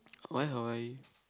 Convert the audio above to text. why Hawaii